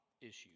issues